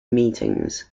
meetings